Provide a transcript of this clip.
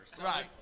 Right